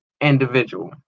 individual